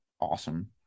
awesome